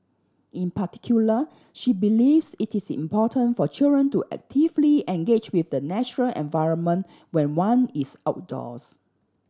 in particular she believes it is important for children to actively engage with the natural environment when one is outdoors